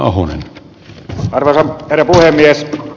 arvoisa herra puhemies